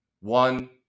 one